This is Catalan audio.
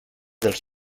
dels